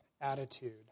attitude